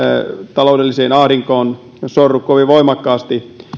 taloudelliseen ahdinkoon sorru kovin voimakkaasti